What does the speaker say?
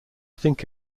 think